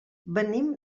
venim